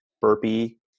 burpee